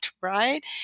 right